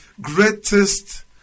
greatest